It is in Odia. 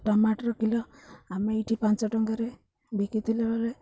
ଟମାଟର କିଲୋ ଆମେ ଏଇଠି ପାଞ୍ଚ ଟଙ୍କାରେ ବିକିଥିଲା ବେଳେ